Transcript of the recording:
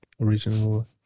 original